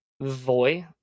voy